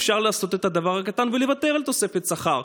אפשר לעשות את הדבר הקטן ולוותר על תוספת שכר.